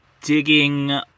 digging